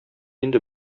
инде